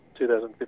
2015